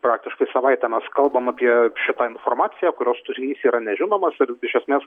praktiškai savaitę mes kalbam apie šitą informaciją kurios turinys yra nežinomas ir iš esmės